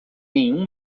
nenhum